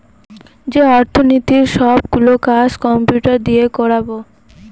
যে অর্থনীতির সব গুলো কাজ কম্পিউটার দিয়ে করাবো